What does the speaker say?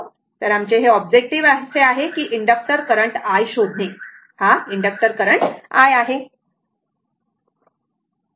तर आमचे हे ऑब्जेक्टिव्ह असे आहे की इंडक्टक्टर करंट i शोधणे हा इंडक्टर्स करंट i आहे